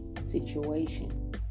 situation